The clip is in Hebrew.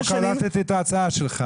לא קלטתי את ההצעה לך.